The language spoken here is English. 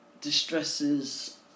distresses